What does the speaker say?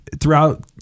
throughout